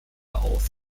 auf